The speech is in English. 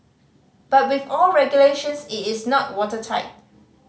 but with all regulations it is not watertight